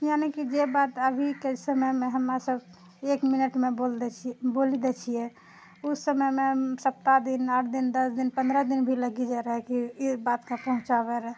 यानि कि जे बात अभीके समयमे हमरा सभ एक मिनटमे बोल दए छिऐ बोली दए छिऐ उस समयमे सप्ताह दिन आठ दिन दश दिन पन्द्रह दिन भी लागि जाइ रहए कि ई बात कऽ पहुँचाबै रऽ